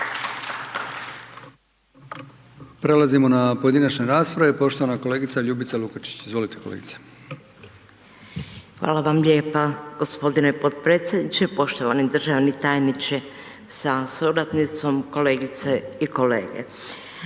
Prelazimo na pojedinačne rasprave, poštovana kolegica Ljubica Lukačić. Izvolite kolegice. **Lukačić, Ljubica (HDZ)** Hvala vam lijepa g. potpredsjedniče, poštovani državni tajniče sa suradnicom, kolegice i kolege.